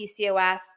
PCOS